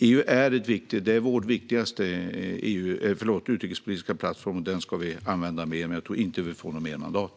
EU är vår viktigaste utrikespolitiska plattform, och den ska vi använda mer. Men jag tror inte att vi får mer mandat.